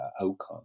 outcome